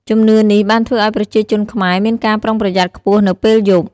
ជំនឿនេះបានធ្វើឱ្យប្រជាជនខ្មែរមានការប្រុងប្រយ័ត្នខ្ពស់នៅពេលយប់។